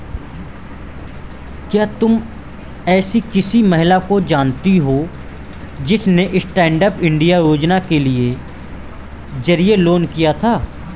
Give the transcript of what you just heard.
क्या तुम एसी किसी महिला को जानती हो जिसने स्टैन्डअप इंडिया योजना के जरिए लोन लिया था?